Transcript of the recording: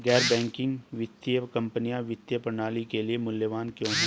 गैर बैंकिंग वित्तीय कंपनियाँ वित्तीय प्रणाली के लिए मूल्यवान क्यों हैं?